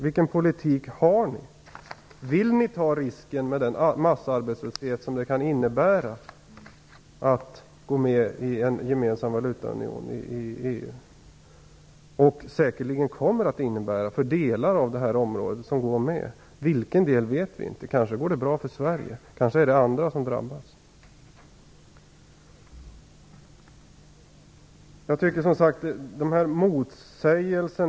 Vill ni gå med i en gemensam valutaunion i EU trots risken för massarbetslöshet? För delar av det område som går med i valutaunionen kommer det säkerligen att innebära massarbetslöshet. Vi vet inte vilken del som kommer att drabbas. Det kanske kommer att gå bra för Sverige. Det kanske är andra länder som kommer att drabbas. Här finns motsägelser.